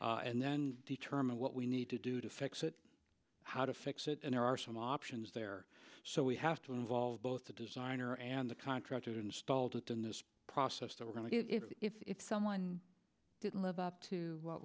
cause and then determine what we need to do to fix it how to fix it and there are some options there so we have to involve both the designer and the contractor installed within this process that we're going to get if someone didn't live up to what